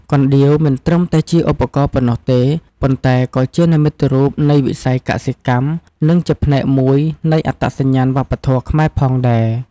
កណ្ដៀវមិនត្រឹមតែជាឧបករណ៍ប៉ុណ្ណោះទេ ប៉ុន្តែក៏ជានិមិត្តរូបនៃវិស័យកសិកម្ម និងជាផ្នែកមួយនៃអត្តសញ្ញាណវប្បធម៌ខ្មែរផងដែរ។